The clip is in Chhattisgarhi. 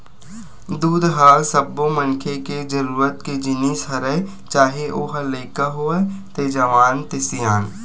दूद ह सब्बो मनखे के जरूरत के जिनिस हरय चाहे ओ ह लइका होवय ते जवान ते सियान